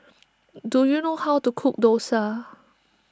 do you know how to cook Dosa